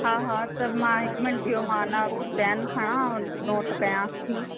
हा हा त मां हिकु मिंट बीहो पेन खणा ऐं नोट कयांसि थी